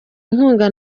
inkunga